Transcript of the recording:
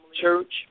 church